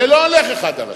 זה לא הולך אחד על השני.